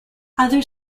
other